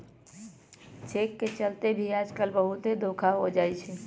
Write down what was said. cheque के चलते भी आजकल बहुते धोखा हो जाई छई